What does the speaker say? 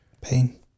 Pain